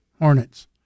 hornets